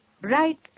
Right